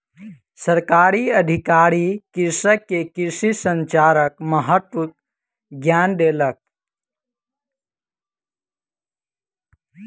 सरकारी अधिकारी कृषक के कृषि संचारक महत्वक ज्ञान देलक